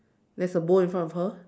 there's a bowl in front of her